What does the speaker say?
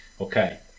okay